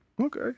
Okay